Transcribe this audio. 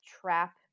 trap